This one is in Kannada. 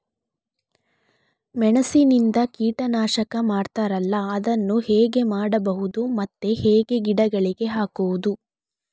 ಮೆಣಸಿನಿಂದ ಕೀಟನಾಶಕ ಮಾಡ್ತಾರಲ್ಲ, ಅದನ್ನು ಹೇಗೆ ಮಾಡಬಹುದು ಮತ್ತೆ ಹೇಗೆ ಗಿಡಗಳಿಗೆ ಹಾಕುವುದು?